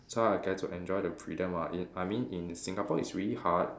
so I get to enjoy the freedom of it I mean in Singapore it's really hard